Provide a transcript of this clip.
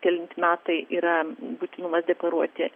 kelinti metai yra būtinumas deklaruoti